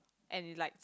and it likes